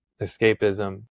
escapism